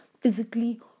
physically